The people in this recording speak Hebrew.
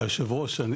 היושב ראש,